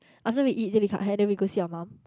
after we eat then we cut hair then we go see your mum